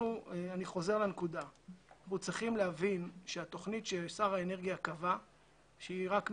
אנחנו צריכים להבין שהתוכנית ששר האנרגיה קבע ביום